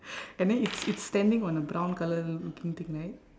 and then it's it's standing on a brown colour looking thing right